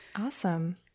Awesome